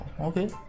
Okay